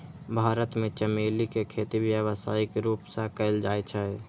भारत मे चमेली के खेती व्यावसायिक रूप सं कैल जाइ छै